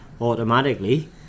automatically